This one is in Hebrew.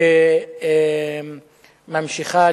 שממשיכה,